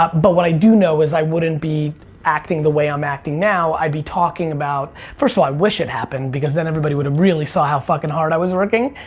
but but what i do know is i wouldn't be acting the way i'm acting now, i'd be talking about, first of all i wish it happened because then everybody would have really saw how fuckin' hard i was working.